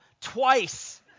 twice